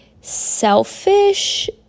selfish